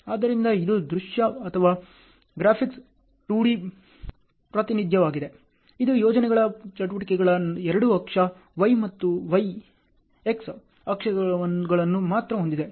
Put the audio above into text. ಆದ್ದರಿಂದ ಇದು ದೃಶ್ಯ ಅಥವಾ ಗ್ರಾಫಿಕ್ 2D ಪ್ರಾತಿನಿಧ್ಯವಾಗಿದೆ ಇದು ಯೋಜನೆಯ ಚಟುವಟಿಕೆಗಳ ಎರಡು ಅಕ್ಷ x ಮತ್ತು y ಅಕ್ಷಗಳನ್ನು ಮಾತ್ರ ಹೊಂದಿದೆ